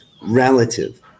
relative